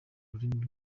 rurimi